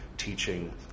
teaching